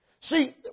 See